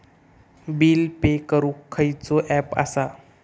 Bill pay करूक खैचो app असा?